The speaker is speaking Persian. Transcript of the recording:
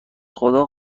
خدا